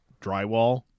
drywall